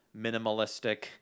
minimalistic